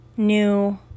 new